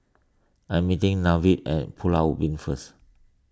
I am meeting Nevaeh at Pulau Ubin first